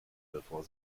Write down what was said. bevor